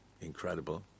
incredible